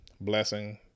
blessing